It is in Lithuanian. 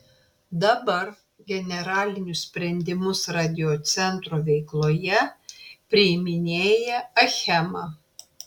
dabar generalinius sprendimus radiocentro veikloje priiminėja achema